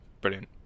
Brilliant